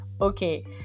okay